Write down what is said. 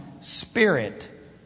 spirit